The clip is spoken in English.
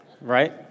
right